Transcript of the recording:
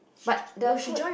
but the food